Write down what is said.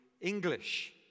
English